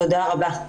תודה רבה.